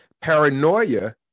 paranoia